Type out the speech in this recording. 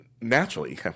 naturally